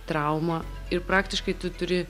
trauma ir praktiškai tu turi